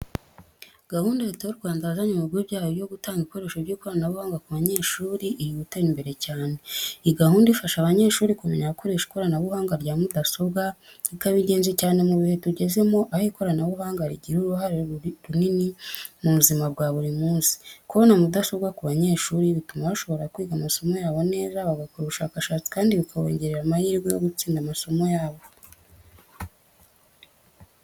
Gahunda Leta y’u Rwanda yazanye mu bigo byayo yo gutanga ibikoresho by’ikoranabuhanga ku banyeshuri, iri gutera imbere cyane. Iyi gahunda ifasha abanyeshuri kumenya gukoresha ikoranabuhanga rya mudasobwa, rikaba ingenzi cyane mu bihe tugezemo aho ikoranabuhanga rigira uruhare runini mu buzima bwa buri munsi. Kubona mudasobwa ku banyeshuri bituma bashobora kwiga amasomo yabo neza, bagakora ubushakashatsi, kandi bikabongerera amahirwe yo gutsinda amasomo yabo.